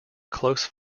close